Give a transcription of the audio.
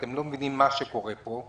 אתם לא מבינים מה שקורה פה,